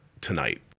tonight